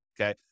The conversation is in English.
okay